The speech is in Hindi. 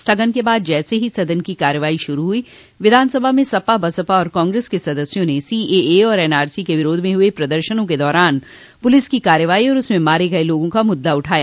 स्थगन के बाद जैसे ही सदन की कार्यवाही शुरू हुई विधानसभा में सपा बसपा और कांग्रेस के सदस्यों ने सीएए और एनआरसी के विरोध में हुए प्रदर्शनों के दौरान पुलिस की कार्रवाई और उसमें मारे गये लोगों का मुद्दा उठाया